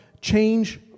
change